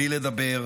בלי לדבר,